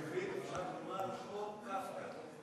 בעברית אפשר לומר: חוק קפקא,